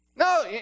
No